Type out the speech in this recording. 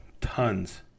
Tons